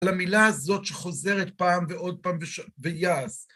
למילה הזאת שחוזרת פעם ועוד פעם ויעש.